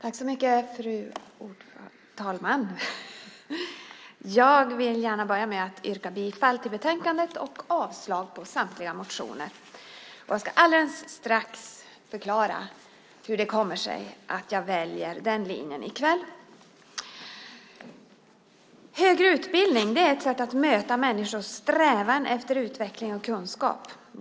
Fru talman! Jag börjar med att yrka bifall till förslagen i betänkandet och avslag på samtliga motioner. Jag ska alldeles strax förklara hur det kommer sig att jag väljer den linjen i kväll. Högre utbildning är ett sätt att möta människors strävan efter utveckling och kunskap.